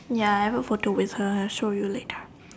ya I have a photo with her I'll show you later